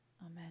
Amen